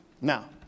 Now